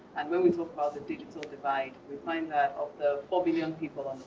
and when we talk about the digital divide, we find that of the four billion people